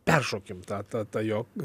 peršokim tą tą tą jo